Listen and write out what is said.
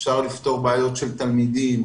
אפשר לפתור בעיות של תלמידים,